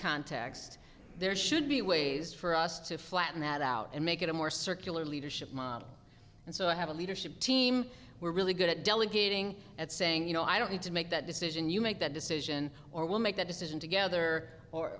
context there should be ways for us to flatten that out and make it a more circular leadership model and so i have a leadership team we're really good at delegating at saying you know i don't need to make that decision you make that decision or we'll make that decision together